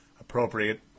appropriate